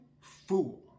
fool